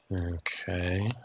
Okay